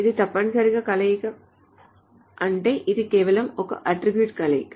ఇది తప్పనిసరిగా కలయిక అంటే ఇది కేవలం ఒక అట్ట్రిబ్యూట్స్ కలయిక